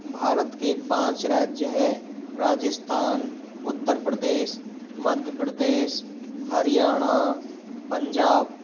भारत के पाँच राज्य हैं राजस्थान उत्तर प्रदेश मध्य प्रदेश हरियाणा पंजाब